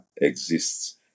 exists